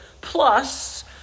Plus